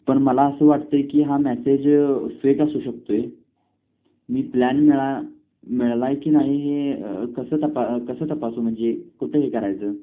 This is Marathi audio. पण मला असं वाटतं आहे की हा मॅसेज फेक असू शकतो आहे मी प्लॅन मिळा मिळला आहे की नाही हे कसं तपा कसं तपासू म्हणजे कुठं हे करायचं